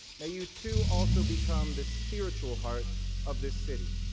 may you too also become the spiritual heart of this city.